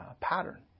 pattern